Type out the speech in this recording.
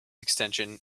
extension